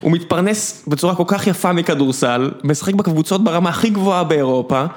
הוא מתפרנס בצורה כל כך יפה מכדורסל, משחק בקבוצות ברמה הכי גבוהה באירופה.